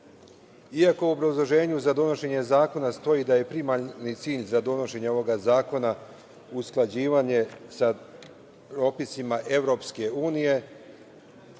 u obrazloženju za donošenje zakona stoji da je primarni cilj za donošenje ovog zakona usklađivanje sa propisima EU, mislim da je